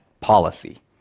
policy